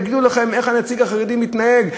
יגידו לכם איך הנציג החרדי מתנהג.